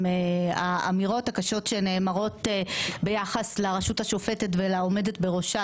האמירות הקשות שנאמרות ביחס לרשות השופטת ולעומדת בראשה,